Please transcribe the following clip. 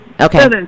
Okay